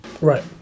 right